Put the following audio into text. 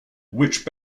which